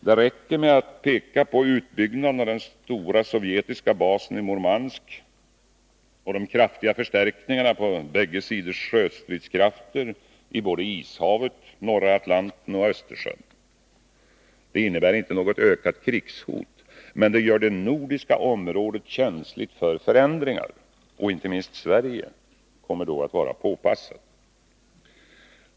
Det räcker med att peka på utbyggnaden av den stora sovjetiska basen i Murmansk och de kraftiga förstärkningarna av bägge sidors sjöstridskrafter i både Ishavet, norra Atlanten och Östersjön. Det innebär inte något ökat krigshot. Men det gör det nordiska området känsligt för förändringar. Inte minst Sverige kommer då att vara påpassat.